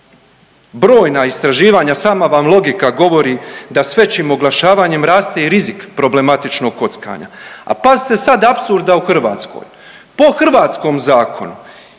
Brojna istraživanja, sama vam logika govori da s većim oglašavanjem raste i rizik problematičnog kockanja. A pazite sad apsurda u Hrvatskoj, po hrvatskom zakonu